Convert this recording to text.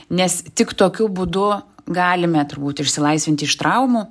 nes tik tokiu būdu galime turbūt išsilaisvinti iš traumų